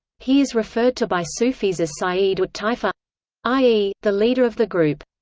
he is referred to by sufis as sayyid-ut taifa i e, the leader of the group.